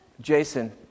Jason